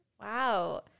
Wow